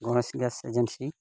Ganesh gas agency